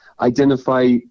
identify